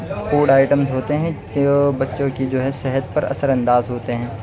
food items ہوتے ہیں جو بچوں کی جو ہے صحت پر اثر انداز ہوتے ہیں